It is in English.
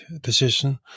decision